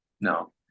no